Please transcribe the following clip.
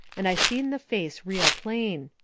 and i seen the face real plain.